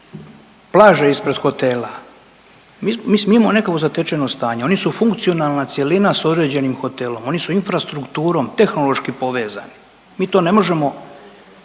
plaže ispred hotela, mi imamo neko zatečeno stanje oni su funkcionalna cjelina s određenim hotelom, oni su infrastrukturom tehnološki povezani mi to ne možemo